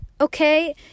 okay